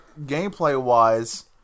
gameplay-wise